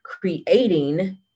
creating